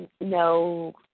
no